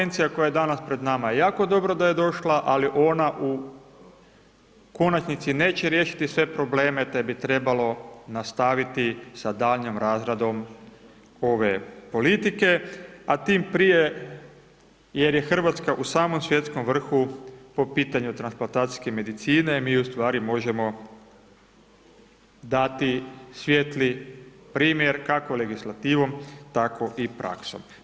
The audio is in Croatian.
Prema tome, ova konvencija koja je danas pred nama je jako dobro da je došla, ali ona u konačnici neće riješiti sve probleme te bi trebalo nastaviti sa daljnjom razradom ove politike, a tim prije jer je Hrvatska u samom svjetskom vrhu po pitanju transplantacijske medicine, mi u stvari možemo dati svijetli primjer kako legislativom, tako i praksom.